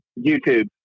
YouTube